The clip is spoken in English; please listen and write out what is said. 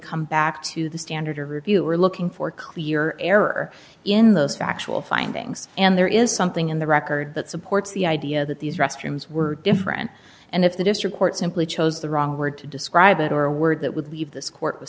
come back to the standard or if you are looking for clear error in those factual findings and there is something in the record that supports the idea that these restrooms were different and if the district court simply chose the wrong word to describe it or a word that would leave this court with